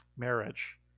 marriage